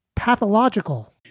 pathological